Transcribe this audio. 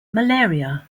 malaria